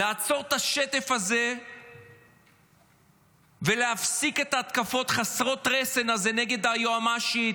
לעצור את השטף הזה ולהפסיק את ההתקפות חסרות הרסן נגד היועמ"שית,